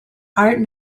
art